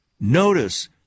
Notice